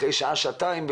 אחרי שעה שעתיים,